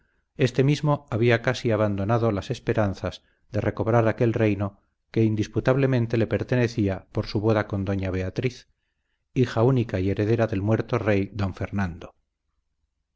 éste mismo había casi abandonado las esperanzas de recobrar aquel reino que indisputablemente le pertenecería por su boda con doña beatriz hija y única heredera del muerto rey don fernando